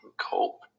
cope